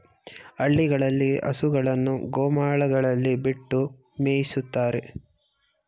ಹಳ್ಳಿಗಳಲ್ಲಿ ಹಸುಗಳನ್ನು ಗೋಮಾಳಗಳಲ್ಲಿ ಬಿಟ್ಟು ಮೇಯಿಸುತ್ತಾರೆ